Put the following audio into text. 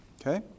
Okay